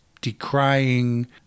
decrying